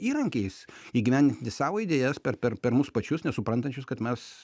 įrankiais įgyvendinti savo idėjas per per per mus pačius nesuprantančius kad mes